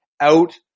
out